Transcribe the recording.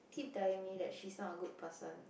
keep telling me that she's not a good person